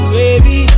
baby